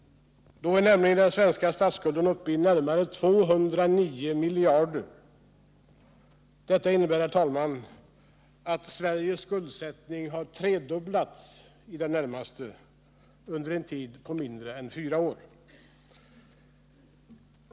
Då var nämligen den svenska statsskulden uppe i närmare 209 miljarder kronor. Detta innebär, herr talman, att Sveriges skuldsättning har i det närmaste tredubblats på mindre än fyra år.